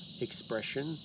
expression